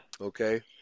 Okay